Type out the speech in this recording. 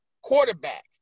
quarterback